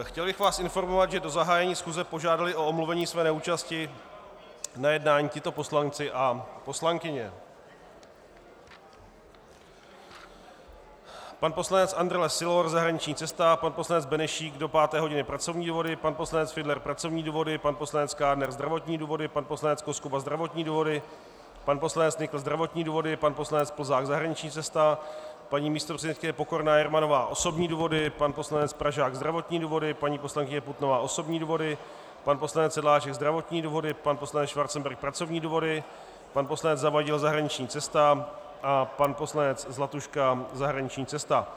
Chtěl bych vás informovat, že do zahájení schůze požádali o omluvení své neúčasti na jednání tito poslanci a poslankyně: pan poslanec Andrle Sylor zahraniční cesta, pan poslanec Benešík do páté hodiny pracovní důvody, pan poslanec Fiedler pracovní důvody, pan poslanec Kádner zdravotní důvody, pan poslanec Koskuba zdravotní důvody, pan poslanec Nykl zdravotní důvody, pan poslanec Plzák zahraniční cesta, paní místopředsedkyně Pokorná Jermanová osobní důvody, pan poslanec Pražák zdravotní důvody, paní poslankyně Putnová osobní důvody, pan poslanec Sedláček zdravotní důvody, pan poslanec Schwarzenberg pracovní důvody, pan poslanec Zavadil zahraniční cesta a pan poslanec Zlatuška zahraniční cesta.